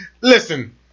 Listen